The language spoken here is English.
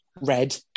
red